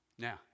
Now